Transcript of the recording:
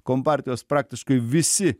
kompartijos praktiškai visi